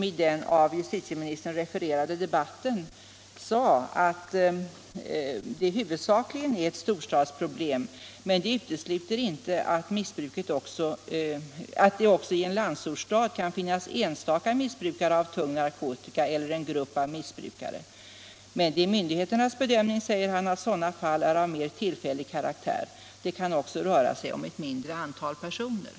I den av justitieministern refererade debatten sade statsrådet Aspling att narkotikamissbruket huvudsakligen är ett storstadsproblem, men det utesluter inte att det också i en landsortsstad kan finnas enstaka missbrukare eller grupper av missbrukare av tung narkotika. Det är emellertid myndigheternas bedömning, sade statsrådet Aspling, att sådana fall är av mer tillfällig karaktär. Det kan också röra sig om ett mindre antal personer.